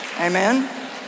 Amen